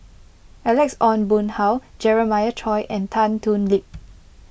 Alex Ong Boon Hau Jeremiah Choy and Tan Thoon Lip